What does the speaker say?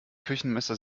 küchenmesser